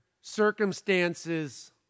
circumstances